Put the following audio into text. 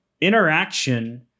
interaction